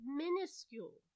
minuscule